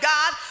God